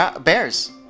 Bears